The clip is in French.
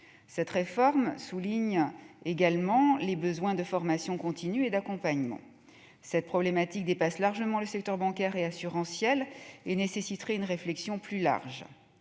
cette réforme souligne également les besoins de formation continue et d'accompagnement. Cette problématique dépasse largement le secteur bancaire et assurantiel et nécessiterait une réflexion plus large.